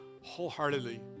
wholeheartedly